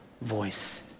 voice